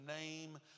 name